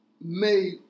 made